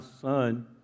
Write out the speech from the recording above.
son